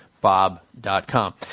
Bob.com